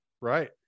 Right